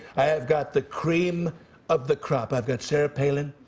i have got the cream of the crop. i've got sarah palin.